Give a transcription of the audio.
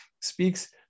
speaks